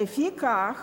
"לפיכך